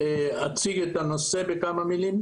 אציג את הנושא בכמה מילים?